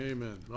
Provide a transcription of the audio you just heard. Amen